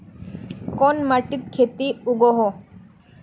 कोन माटित खेती उगोहो?